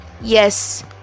yes